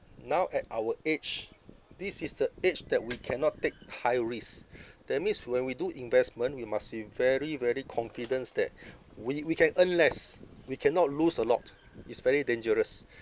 now at our age this is the age that we cannot take high risk that means when we do investment we must be very very confidence that we we can earn less we cannot lose a lot is very dangerous